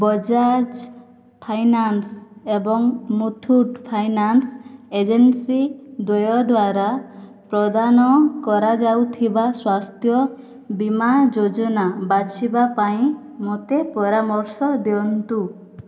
Bajaj finance ଏବଂ Muthoot finance agency ଦ୍ୱୟ ଦ୍ଵାରା ପ୍ରଦାନ କରାଯାଉଥିବା ସ୍ୱାସ୍ଥ୍ୟ ବୀମା ଯୋଜନା ବାଛିବା ପାଇଁ ମୋତେ ପରାମର୍ଶ ଦିଅନ୍ତୁ